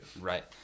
Right